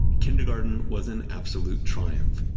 kindergarten was an absolute triumph.